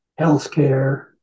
healthcare